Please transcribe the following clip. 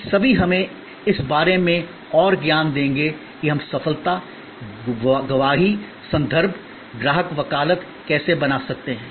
ये सभी हमें इस बारे में और ज्ञान देंगे कि हम सफलता गवाही संदर्भ ग्राहक वकालत कैसे बना सकते हैं